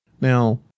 Now